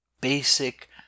basic